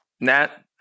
Nat